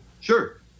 Sure